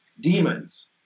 demons